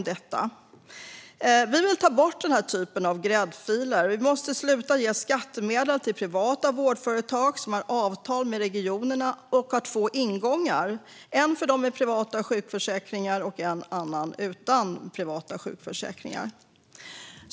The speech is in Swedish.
Vi vill ta bort den här typen av gräddfiler. Vi måste sluta ge skattemedel till privata vårdföretag som har avtal med regionerna och har två ingångar: en för dem med privata sjukförsäkringar och en annan för dem utan privata sjukförsäkringar.